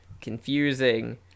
confusing